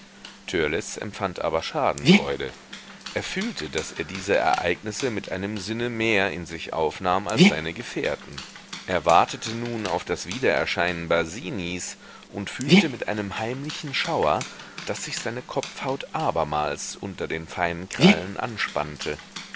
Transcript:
empfand aber schadenfreude er fühlte daß er diese ereignisse mit einem sinne mehr in sich aufnahm als seine gefährten er wartete nun auf das wiedererscheinen basinis und fühlte mit einem heimlichen schauer daß sich seine kopfhaut abermals unter den feinen krallen anspannte